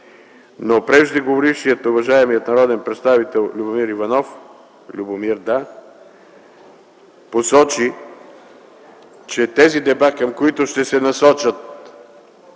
Преждеговорившият уважаем народен представител Любомир Иванов посочи, че тези депа, към които ще се насочат